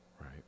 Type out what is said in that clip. right